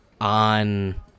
on